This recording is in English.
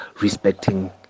respecting